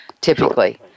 Typically